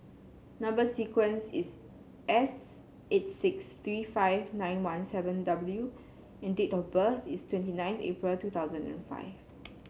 number sequence is S eight six three five nine one seven W and date of birth is twenty nine April two thousand and five